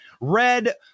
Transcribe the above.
red